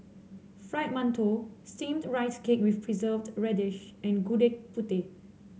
Fried Mantou Steamed Rice Cake with Preserved Radish and Gudeg Putih